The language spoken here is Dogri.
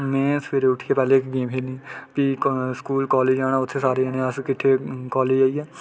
में सबेरे उट्ठियै पैह्ले ईक गेम खेलनी फ्ही स्कूल कालेज जाना उत्थै सारे जनें अस किट्ठे कालेज जाइयै